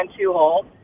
two-hole